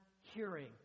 hearing